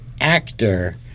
actor